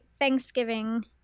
Thanksgiving